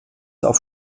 auf